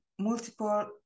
multiple